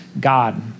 God